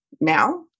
now